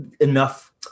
enough